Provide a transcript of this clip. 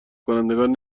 کنندگان